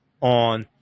on